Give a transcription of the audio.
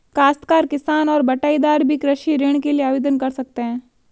काश्तकार किसान और बटाईदार भी कृषि ऋण के लिए आवेदन कर सकते हैं